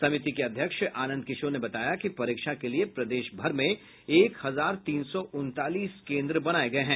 समिति के अध्यक्ष आनंद किशोर ने बताया कि परीक्षा के लिए प्रदेश भर में एक हजार तीन सौ उनतालीस केन्द्र बनाये गये हैं